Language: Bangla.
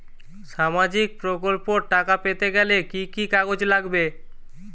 সামাজিক প্রকল্পর টাকা পেতে গেলে কি কি কাগজ লাগবে?